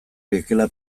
liekeela